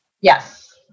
Yes